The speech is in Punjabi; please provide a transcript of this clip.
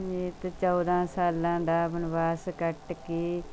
ਸਮੇਤ ਚੌਦਾਂ ਸਾਲਾਂ ਦਾ ਬਨਵਾਸ ਕੱਟ ਕੇ